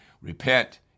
repent